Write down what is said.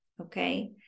okay